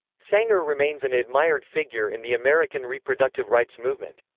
sanger remains an admired figure in the american reproductive rights movement.